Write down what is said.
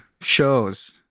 shows